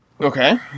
Okay